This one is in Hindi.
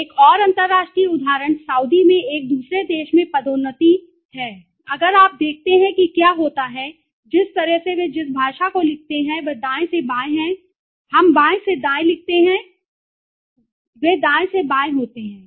एक और अंतर्राष्ट्रीय उदाहरण सऊदी में एक दूसरे देशों में पदोन्नति मैं उर्दू में सोचता हूँ अगर आप देखते हैं कि क्या होता है जिस तरह से वे जिस भाषा को लिखते हैं वह दाएं से बाएं है हम बाएं से दाएं लिखते हैं वे दाएं से बाएं होते हैं